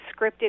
scripted